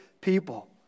people